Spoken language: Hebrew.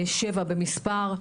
שבע במספר,